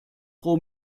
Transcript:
pro